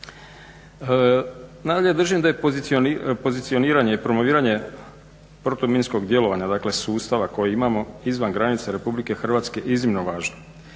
da je pozicioniranje i promoviranje protuminskog djelovanja, dakle sustava koji imamo izvan granica Republike Hrvatske iznimno važno.